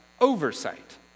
oversight